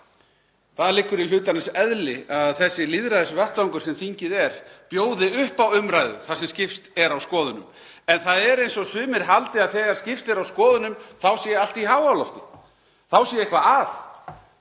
Það liggur í hlutarins eðli að þessi lýðræðisvettvangur sem þingið er bjóði upp á umræðu þar sem skipst er á skoðunum en það er eins og sumir haldi að þegar skipst er á skoðunum sé allt í háalofti, að þá sé eitthvað að;